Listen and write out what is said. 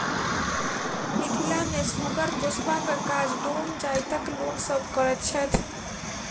मिथिला मे सुगर पोसबाक काज डोम जाइतक लोक सभ करैत छैथ